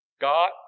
God